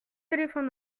éléphants